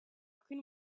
can